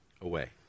away